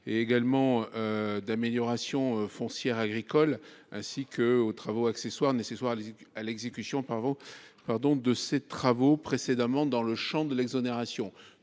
travaux d’amélioration foncière agricole, ainsi qu’aux travaux accessoires nécessaires à l’exécution des travaux précédents dans le champ de l’exonération.